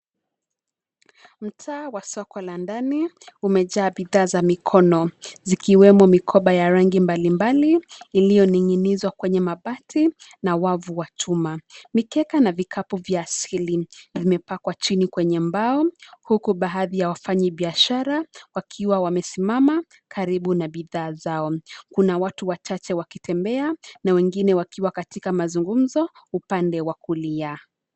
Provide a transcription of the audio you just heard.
Mtaa wa soko la ndani umejaa bidhaa za mikono zikiwemo mikobo ya rangi mbalimbali iliyoning'inizwa kwenye mabati na wavu wa chuma. Mikeka na vikapu vya asili vimepakwa chini kwenye mbao huku baadhi ya wafanyabiashara wakiwa wamesimama karibu na bidha zao. Kuna watu wachache wakitembea na wengine wakiwa katika mazungumzo, upande wa kulia.